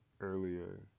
earlier